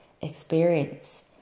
experience